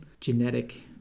genetic